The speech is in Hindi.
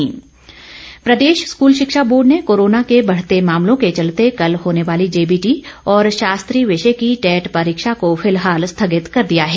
परीक्षा स्थगित प्रदेश स्कूल शिक्षा बोर्ड ने कोरोना के बढ़ते मामलों के चलते कल होने वाली जेबीटी और शास्त्री विषय की टैट परीक्षा को फिलहाल स्थगित कर दिया है